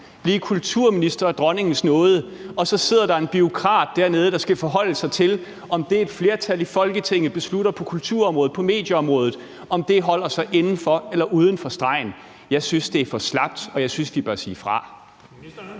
blive kulturminister af dronningens nåde, og så sidder der en bureaukrat dernede, der skal forholde sig til, om det, et flertal i Folketinget beslutter på kulturområdet, på medieområdet, holder sig inden for eller uden for stregen? Jeg synes, det er for slapt, og jeg synes, de bør sige fra.